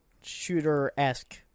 shooter-esque